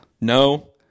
No